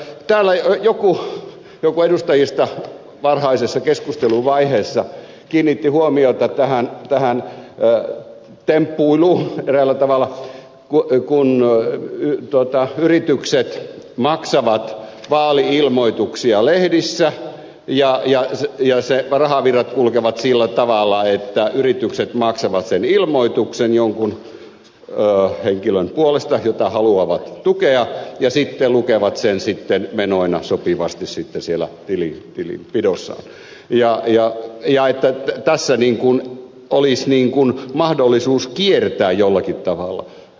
täällä joku edustajista varhaisessa keskustelun vaiheessa kiinnitti huomiota tähän temppuiluun eräällä tavalla kun yritykset maksavat vaali ilmoituksia lehdissä ja rahavirrat kulkevat sillä tavalla että yritykset maksavat sen ilmoituksen jonkun henkilön puolesta jota haluavat tukea ja sitten lukevat sen menoina sopivasti siellä tilinpidossaan ja tässä olisi niin kuin mahdollisuus kiertää jollakin tavalla